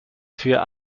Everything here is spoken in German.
für